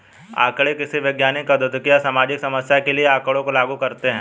आंकड़े किसी वैज्ञानिक, औद्योगिक या सामाजिक समस्या के लिए आँकड़ों को लागू करते है